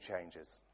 changes